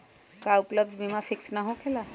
का उपलब्ध बीमा फिक्स न होकेला?